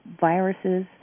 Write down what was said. viruses